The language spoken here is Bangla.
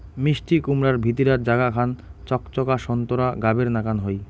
মিষ্টিকুমড়ার ভিতিরার জাগা খান চকচকা সোন্তোরা গাবের নাকান হই